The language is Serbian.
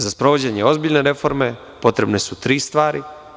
Za sprovođenje ozbiljne reforme potrebne su tri stvari.